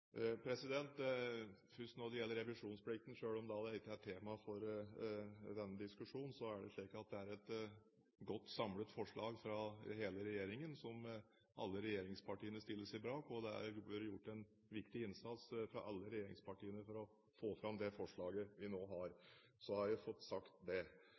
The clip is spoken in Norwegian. Først når det gjelder revisjonsplikten: Selv om det ikke er et tema for denne diskusjonen, er det et godt, samlet forslag fra hele regjeringen som alle regjeringspartiene stiller seg bak, og det har vært gjort en viktig innsats fra alle regjeringspartiene for å få fram det forslaget vi nå har. Så har jeg fått sagt det.